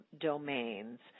domains